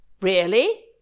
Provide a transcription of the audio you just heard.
Really